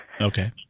Okay